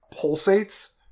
pulsates